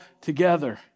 together